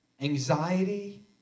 anxiety